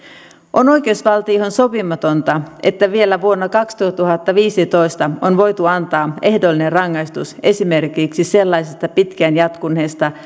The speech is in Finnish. on oikeusvaltioon sopimatonta että vielä vuonna kaksituhattaviisitoista on voitu antaa ehdollinen rangaistus esimerkiksi sellaisesta pitkään jatkuneesta